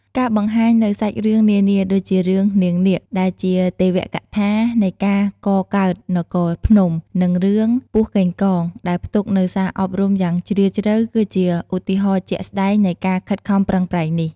ការបង្ហាញនូវសាច់រឿងនានាដូចជារឿង "នាងនាគ" ដែលជាទេវកថានៃការកកើតនគរភ្នំ និងរឿង "ពស់កេងកង" ដែលផ្ទុកនូវសារអប់រំយ៉ាងជ្រាលជ្រៅ គឺជាឧទាហរណ៍ជាក់ស្ដែងនៃការខិតខំប្រឹងប្រែងនេះ។